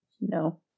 No